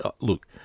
look